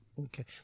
Okay